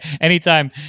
anytime